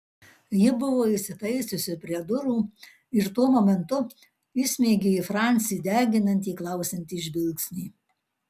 ji buvo įsitaisiusi prie durų ir tuo momentu įsmeigė į francį deginantį klausiantį žvilgsnį